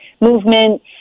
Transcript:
movement